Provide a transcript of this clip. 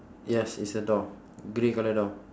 yes it's a door grey colour door